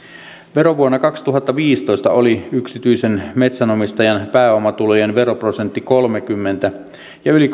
verovuonna kaksituhattaviisitoista oli yksityisen metsänomistajan pääomatulojen veroprosentti kolmekymmentä ja yli